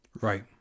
Right